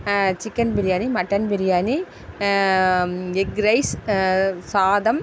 chicken biryani mutton biryani egg rice சாதம்